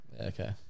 Okay